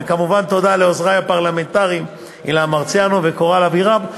וכמובן תודה לעוזרי הפרלמנטריים אילן מרסיאנו וקורל אבירם.